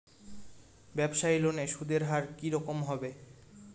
ব্যবসায়ী লোনে সুদের হার কি রকম হবে?